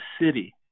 city